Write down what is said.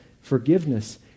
forgiveness